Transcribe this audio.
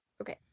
Okay